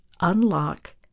unlock